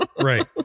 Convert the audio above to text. right